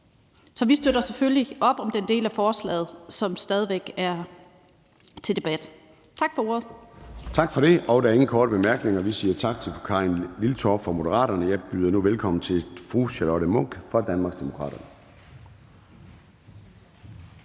Så vi støtter selvfølgelig op om den del af forslaget, som stadig væk er til debat. Tak for ordet. Kl. 11:10 Formanden (Søren Gade): Der er ingen korte bemærkninger. Vi siger tak til fru Karin Liltorp fra Moderaterne. Jeg byder nu velkommen til fru Charlotte Munch fra Danmarksdemokraterne.